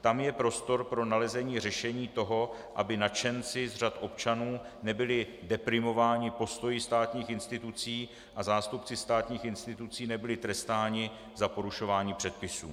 Tam je prostor pro nalezení řešení toho, aby nadšenci z řad občanů nebyli deprimováni postoji státních institucí a zástupci státních institucí nebyli trestáni za porušování předpisů.